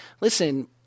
listen